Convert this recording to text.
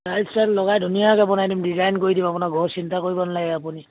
tiles চাইলছ লগাই ধুনীয়াকৈ বনাই দিম ডিজাইন কৰি দিম আপোনাৰ ঘৰ চিন্তা কৰিব নালাগে আপুনি